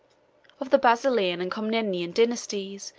of the basilian and comnenian dynasties,